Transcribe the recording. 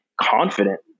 confident